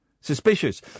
Suspicious